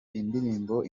indirimbo